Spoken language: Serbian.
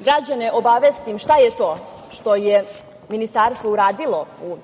građane obavestim šta je to što je Ministarstvo uradilo u